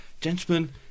gentlemen